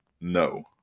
no